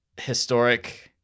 historic